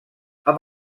amb